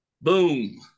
Boom